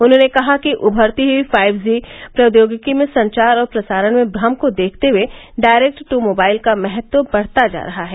उन्होंने कहा कि उमरती हई फाइव जी प्रौदयोगिकी में संचार और प्रसारण में भ्रम को देखते हुए डायरेक्ट टू मोबाइल का महत्व बढता जा रहा है